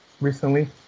recently